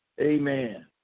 Amen